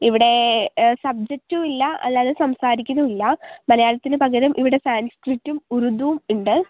ഇവിടെ സബ്ജക്ടുമില്ല അല്ലാതെ സംസാരിക്കുന്നുമില്ല മലയാളത്തിന് പകരം ഇവിടെ സാൻസ്ക്രീറ്റും ഉറുദുവും ഉണ്ട്